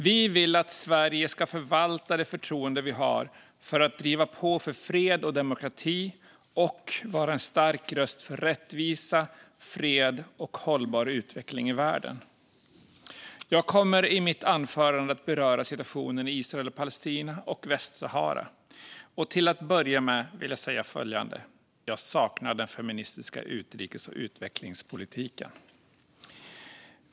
Vi vill att Sverige ska förvalta det förtroende som Sverige har för att driva på för fred och demokrati och vara en stark röst för rättvisa, fred och hållbar utveckling i världen. Jag kommer i mitt anförande att beröra situationen i Israel och Palestina och i Västsahara. Till att börja med vill jag säga följande: Jag saknar den feministiska utrikes och utvecklingspolitiken.